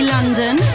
London